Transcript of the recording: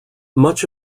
much